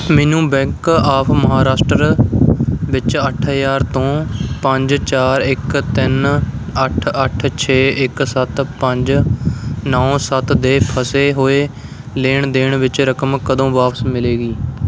ਮੈਨੂੰ bank of Maharashtra ਵਿੱਚ ਅੱਠ ਹਜ਼ਾਰ ਤੋਂ ਪੰਜ ਚਾਰ ਇੱਕ ਤਿੰਨ ਅੱਠ ਅੱਠ ਛੇ ਇੱਕ ਸੱਤ ਪੰਜ ਨੌ ਸੱਤ ਦੇ ਫਸੇ ਹੋਏ ਲੈਣ ਦੇਣ ਵਿੱਚ ਰਕਮ ਕਦੋਂ ਵਾਪਸ ਮਿਲੇਗੀ